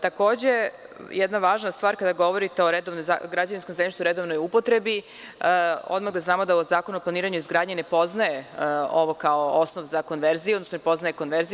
Takođe, jedna važna stvar kada govorite o građevinskom zemljištu i redovnoj upotrebi, odmah da znamo da Zakon o planiranju i izgradnji ne poznaje ovo kao osnov za konverziju, odnosno ne poznaje konverziju.